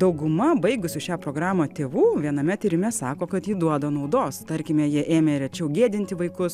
dauguma baigusių šią programą tėvų viename tyrime sako kad ji duoda naudos tarkime jie ėmė rečiau gėdinti vaikus